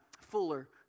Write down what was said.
Fuller